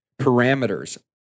parameters